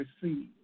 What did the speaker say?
receive